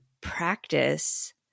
practice